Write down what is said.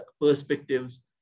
perspectives